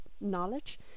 knowledge